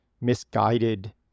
misguided